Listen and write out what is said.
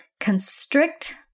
constrict